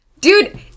dude